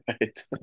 Right